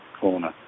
corner